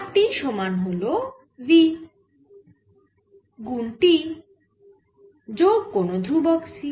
r t সমান হল v গুন t যোগ কোন ধ্রুবক c